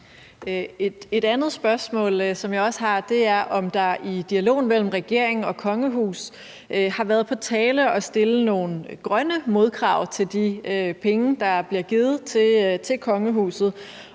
Et andet spørgsmål, som jeg også har, er, om det i dialogen mellem regeringen og kongehuset har været på tale at stille nogle grønne modkrav til de penge, der bliver givet til kongehuset,